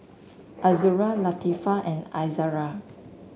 Azura Latifa and Izzara